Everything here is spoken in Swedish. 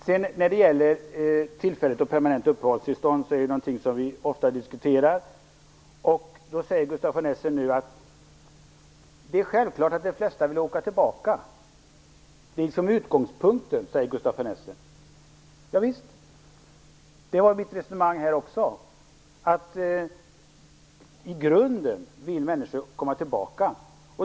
Tillfälligt eller permanent uppehållstillstånd är någonting som vi ofta diskuterar. Gustaf von Essen säger att det är självklart att de flesta vill åka tillbaka. Det är utgångspunkten, säger han. Javisst, i grunden vill människor tillbaka.